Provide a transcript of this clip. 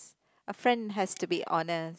a friend has to be honest